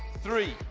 three,